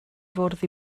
fwrdd